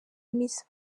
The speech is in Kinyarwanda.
miss